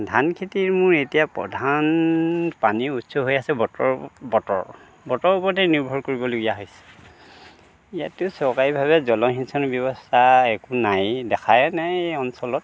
ধান খেতিৰ মোৰ এতিয়া প্ৰধান পানীৰ উৎস হৈছে বতৰৰ বতৰ বতৰৰ ওপৰতে নিৰ্ভৰ কৰিবলগীয়া হৈছে ইয়াতে চৰকাৰীভাৱে জলসিঞ্চনৰ ব্যৱস্থা একো নাই দেখাই নাই এই অঞ্চলত